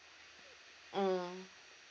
um